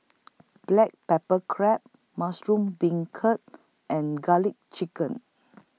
Black Pepper Crab Mushroom Beancurd and Garlic Chicken